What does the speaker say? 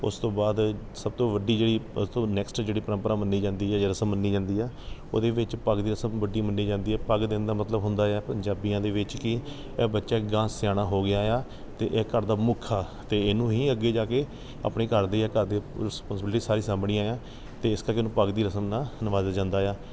ਉਸ ਤੋਂ ਬਾਅਦ ਸੱਭ ਤੋਂ ਵੱਡੀ ਜਿਹੜੀ ਉਸ ਤੋਂ ਨੈਕਸਟ ਜਿਹੜੀ ਪ੍ਰੰਪਰਾ ਮੰਨੀ ਜਾਂਦੀ ਹੈ ਜਾਂ ਰਸਮ ਮੰਨੀ ਜਾਂਦੀ ਹੈ ਉਹਦੇ ਵਿੱਚ ਪੱਗ ਦੀ ਰਸਮ ਵੱਡੀ ਮੰਨੀ ਜਾਂਦੀ ਹੈ ਪੱਗ ਦੇਣ ਦਾ ਮਤਲਬ ਹੁੰਦਾ ਹੈ ਪੰਜਾਬੀਆਂ ਦੇ ਵਿੱਚ ਕਿ ਇਹ ਬੱਚਾ ਗਾਂਹ ਸਿਆਣਾ ਹੋ ਗਿਆ ਆ ਅਤੇ ਇਹ ਘਰ ਦਾ ਮੁੱਖੀ ਆ ਅਤੇ ਇਹਨੂੰ ਹੀ ਅੱਗੇ ਜਾ ਕੇ ਆਪਣੇ ਘਰ ਦੇ ਜਾਂ ਘਰ ਦੇ ਰਿਸਪੋਂਸੀਬਿਲਟੀ ਸਾਰੀ ਸਾਂਭਣੀਆਂ ਹੈ ਅਤੇ ਇਸ ਕਰਕੇ ਉਹਨੂੰ ਪੱਗ ਦੀ ਰਸਮ ਨਾਲ ਨਿਵਾਜਿਆ ਜਾਂਦਾ ਆ